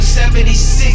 76